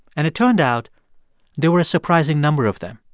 and it turned out there were a surprising number of them.